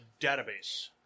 Database